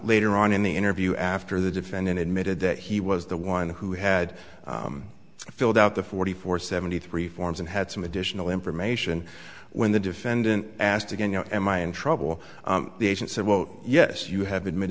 later on in the interview after the defendant admitted that he was the one who had filled out the forty four seventy three forms and had some additional information when the defendant asked again you know am i in trouble the agent said well yes you have